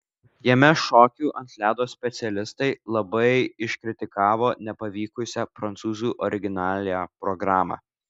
jame šokių ant ledo specialistai labai iškritikavo nepavykusią prancūzų originaliąją programą